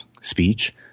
speech